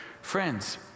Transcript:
Friends